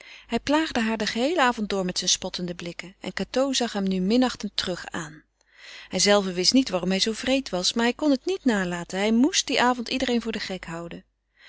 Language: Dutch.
hij plaagde haar den geheelen avond door met zijne spottende blikken en cateau zag hem nu minachtend terug aan hijzelve wist niet waarom hij zoo wreed was maar hij kon het niet nalaten hij moest dien avond iedereen voor den gek houden